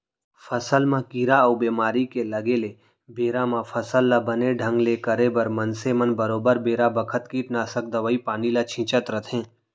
फसल म कीरा अउ बेमारी के लगे ले बेरा म फसल ल बने ढंग ले करे बर मनसे मन बरोबर बेरा बखत कीटनासक दवई पानी ल छींचत रथें